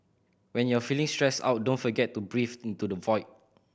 when you are feeling stressed out don't forget to breathe into the void